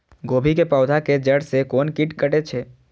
गोभी के पोधा के जड़ से कोन कीट कटे छे?